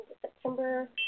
September